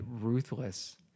ruthless